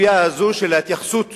של ההתייחסות